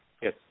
Yes